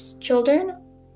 children